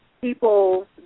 People